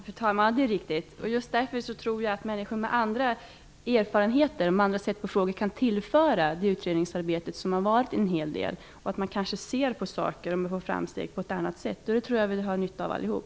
Fru talman! Det är riktigt. Just därför tror jag att människor med andra erfarenheter, med andra sätt att se på frågorna kan tillföra det utredningsarbete som har ägt rum en hel del. Man kanske ser på saker och når framsteg på ett annat sätt. Det tror jag att vi har nytta av allihop.